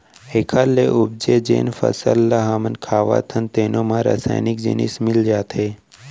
एखर ले उपजे जेन फसल ल हमन खावत हन तेनो म रसइनिक जिनिस मिल जाथे